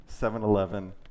7-Eleven